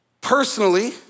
Personally